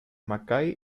mckay